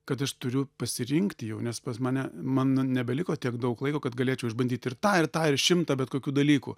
kad aš turiu pasirinkti jau nes pas mane man nebeliko tiek daug laiko kad galėčiau išbandyti ir tą ir tą ir šimtą bet kokių dalykų